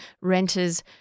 renters